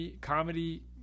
comedy